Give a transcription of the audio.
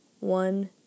One